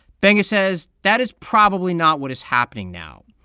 benga says that is probably not what is happening now.